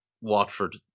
Watford